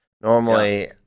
normally